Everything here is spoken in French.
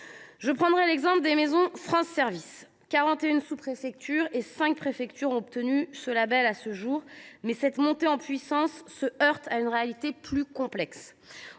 Je prendrai l’exemple des maisons France Services. À ce jour, 41 sous préfectures et 5 préfectures ont obtenu ce label, mais cette montée en puissance se heurte à une réalité plus complexe.